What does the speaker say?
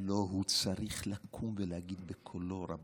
לא, הוא צריך לקום ולהגיד בקולו: רבותיי,